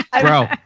bro